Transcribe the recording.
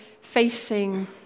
facing